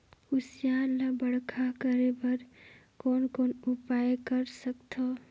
कुसियार ल बड़खा करे बर कौन उपाय कर सकथव?